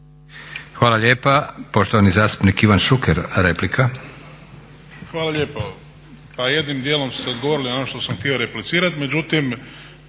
Hvala lijepa. Poštovani zastupnik Ivan Šuker, replika.